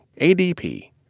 ADP